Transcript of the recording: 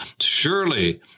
surely